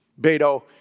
Beto